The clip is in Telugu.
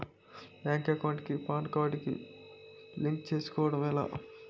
బ్యాంక్ అకౌంట్ కి పాన్ కార్డ్ లింక్ చేయడం ఎలా?